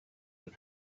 and